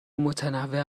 متنوع